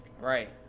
Right